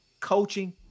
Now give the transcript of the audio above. coaching